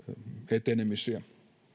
etenemisiä